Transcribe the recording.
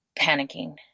panicking